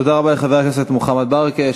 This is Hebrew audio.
תודה רבה לחבר הכנסת מוחמד ברכה.